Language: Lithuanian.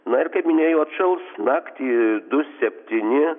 na ir kaip minėjau atšals naktį du septyni